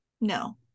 no